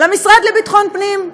למשרד לביטחון הפנים,